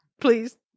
please